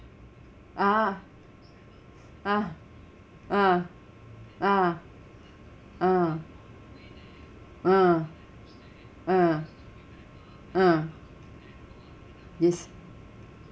ah ah ah ah ah ah ah ah it's